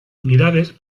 unidades